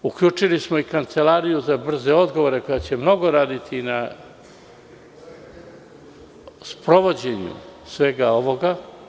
Uključili smo i Kancelariju za brze odgovore koja će mnogo raditi na sprovođenju svega ovoga.